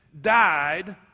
died